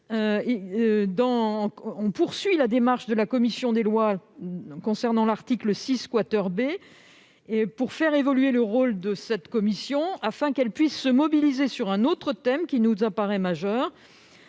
poursuivre la démarche de la commission des lois concernant l'article 6 B pour faire évoluer le rôle de la CCPM, afin qu'elle puisse se mobiliser sur un autre thème qui nous apparaît majeur.